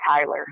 Tyler